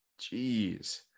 Jeez